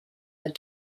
the